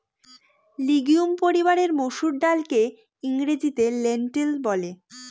legume পরিবারের মসুর ডালকে ইংরেজিতে লেন্টিল বলে